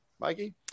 Mikey